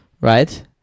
right